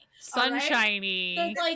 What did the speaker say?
Sunshiny